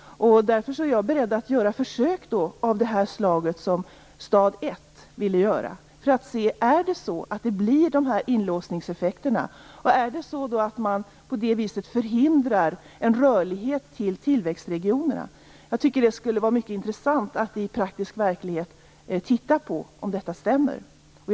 Jag är beredd att göra försök av det slag som stad 1 vill göra för att se om dessa inlåsningseffekter uppstår och om man på det viset förhindrar en rörelse till tillväxtregionerna. Det skulle vara mycket intressant att titta på om detta stämmer i verkligheten.